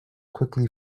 quickly